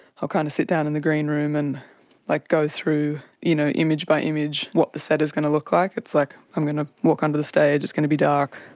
ah kind of sit down in the green room and like go through you know image-by-image what the set is going to look like like i'm going to walk onto the stage, it's going to be dark,